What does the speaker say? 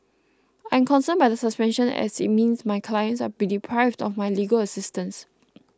I'm concerned by the suspension as it means my clients are deprived of my legal assistance